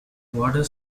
water